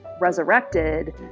resurrected